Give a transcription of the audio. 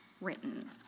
written